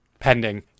pending